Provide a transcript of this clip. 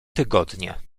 tygodnie